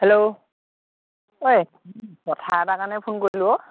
hello ঐ কথা এটাৰ কাৰণে ফোন কৰিলোঁ অঁ